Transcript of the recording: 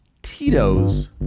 tito's